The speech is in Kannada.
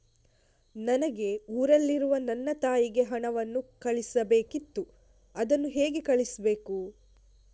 ನನಗೆ ಊರಲ್ಲಿರುವ ನನ್ನ ತಾಯಿಗೆ ಹಣವನ್ನು ಕಳಿಸ್ಬೇಕಿತ್ತು, ಅದನ್ನು ಹೇಗೆ ಕಳಿಸ್ಬೇಕು?